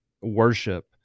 worship